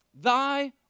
Thy